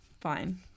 Fine